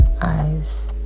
Eyes